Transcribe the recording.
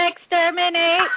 exterminate